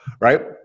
right